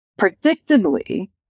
predictably